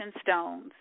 stones